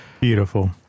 beautiful